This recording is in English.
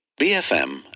BFM